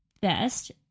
best